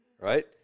right